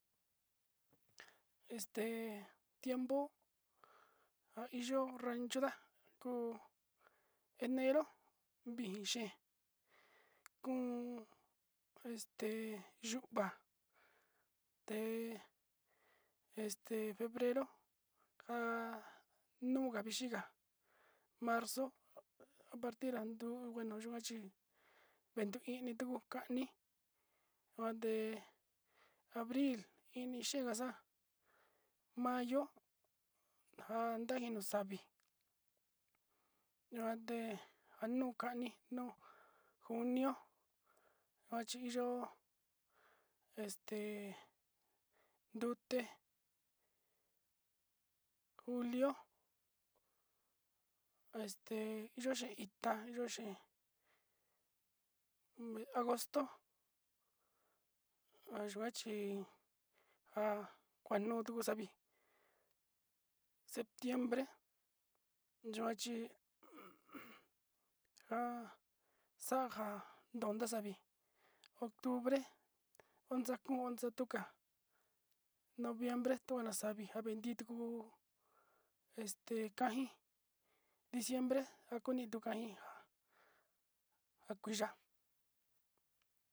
Este tiempo ahiyo kuu nrechunda kuu enero, vixi kuun este yua té este febrero nja'a nuu vixhinga marzo apartir anduu bueno yuua chi venduu ini tuu kani nde abril ini xikaxa mayo, njan na'a no saví ñande anuu kani nuu junio machi yo'ó, este rute julio este yo'o yee ita yo'o yee, mes agosto ayuan chí ha kuanutu saví, septiembre yuanchí njan xa'a njan ndonde xa'a octubre onda tuu oxan nduu noviembre tonda saví bendito este njaí diciembre a konii tunja iha akuiya.